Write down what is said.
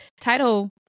title